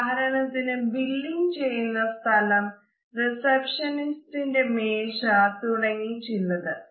ഉദാഹരണത്തിന് ബില്ലിംഗ് ചെയ്യുന്ന സ്ഥലം റിസെപ്ഷനിസ്റ്ന്റെ മേശ തുടങ്ങി ചിലത്